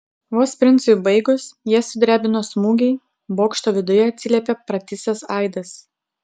vos princui baigus jas sudrebino smūgiai bokšto viduje atsiliepė pratisas aidas